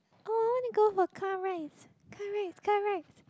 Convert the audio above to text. oh I wanna go for car rides car rides car rides